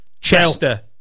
Chester